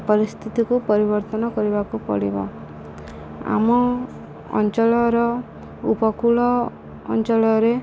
ପରିସ୍ଥିତିକୁ ପରିବର୍ତ୍ତନ କରିବାକୁ ପଡ଼ିବ ଆମ ଅଞ୍ଚଳର ଉପକୂଳ ଅଞ୍ଚଳରେ